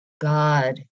God